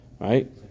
Right